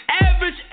average